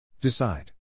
decide